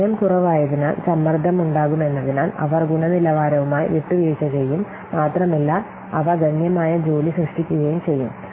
സമയം കുറവായതിനാൽ സമ്മർദ്ദം ഉണ്ടാകുമെന്നതിനാൽ അവർ ഗുണനിലവാരവുമായി വിട്ടുവീഴ്ച ചെയ്യും മാത്രമല്ല അവ ഗണ്യമായ ജോലി സൃഷ്ടിക്കുകയും ചെയ്യും